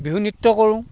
বিহু নৃত্য কৰোঁ